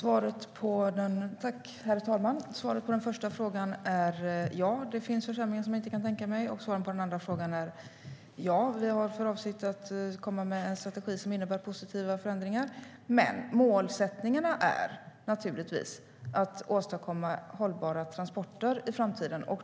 Herr talman! Svaret på den första frågan är ja, det finns försämringar som jag inte kan tänka mig. Svaret på den andra frågan är ja, vi har för avsikt att komma med en strategi som innebär positiva förändringar. Men målsättningen är naturligtvis att åstadkomma hållbara transporter i framtiden.